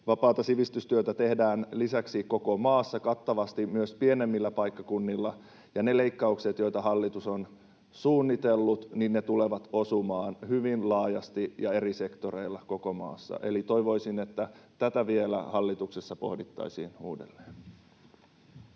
Vapaata sivistystyötä tehdään lisäksi koko maassa kattavasti myös pienemmillä paikkakunnilla, ja ne leikkaukset, joita hallitus on suunnitellut, tulevat osumaan hyvin laajasti ja eri sektoreilla koko maassa. Eli toivoisin, että tätä vielä hallituksessa pohdittaisiin uudelleen.